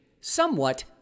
Somewhat